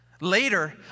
Later